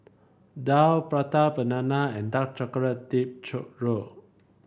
daal Prata Banana and Dark Chocolate Dip Churro